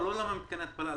לא, למה מתקני התפלה.